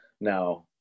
now